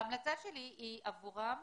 ההמלצה שלי היא עבורם,